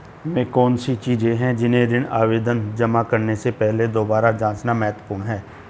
वे कौन सी चीजें हैं जिन्हें ऋण आवेदन जमा करने से पहले दोबारा जांचना महत्वपूर्ण है?